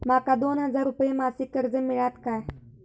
माका दोन हजार रुपये मासिक कर्ज मिळात काय?